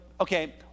okay